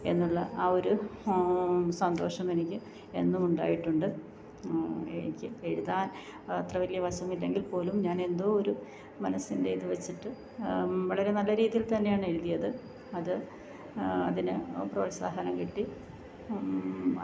എന്നുള്ള ആ ഒരു സന്തോഷമെനിക്ക് എന്നുമുണ്ടായിട്ടുണ്ട് എനിക്ക് എഴുതാൻ അത്ര വലിയ വശമില്ലെങ്കിൽപ്പോലും ഞാനെന്തോ ഒരു മനസ്സിന്റെ ഇതുവെച്ചിട്ട് വളരെ നല്ല രീതിയിൽത്തന്നെയാണ് എഴുതിയത് അത് അതിന് പ്രോത്സാഹനം കിട്ടി അത്